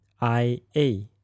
I-A